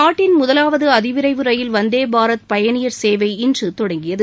நாட்டின் முதலாவது அதிவிரைவு ரயில் வந்தே பாரத் பயணியர் சேவை இன்று தொடங்கியது